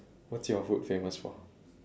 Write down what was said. what's your hood famous for